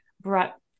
brought